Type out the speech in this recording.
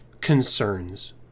concerns